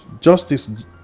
Justice